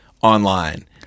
online